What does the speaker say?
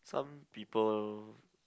some people